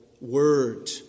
word